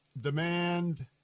demand